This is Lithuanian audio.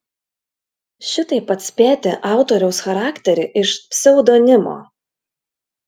šitaip atspėti autoriaus charakterį iš pseudonimo